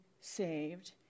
saved